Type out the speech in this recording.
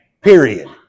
period